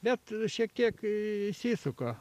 bet šiek tiek išsisuka